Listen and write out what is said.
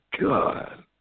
God